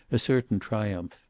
a certain triumph.